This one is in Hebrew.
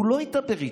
הוא לא ידבר איתו.